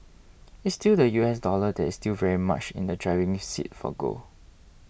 it's still the US dollar that is still very much in the driving seat for gold